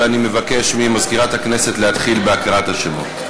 ואני מבקש ממזכירת הכנסת להתחיל בהקראת השמות.